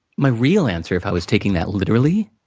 my real answer, if i was taking that literally,